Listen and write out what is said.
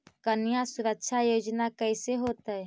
कन्या सुरक्षा योजना कैसे होतै?